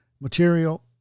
material